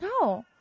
No